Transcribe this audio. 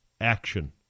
action